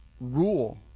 rule